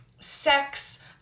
sex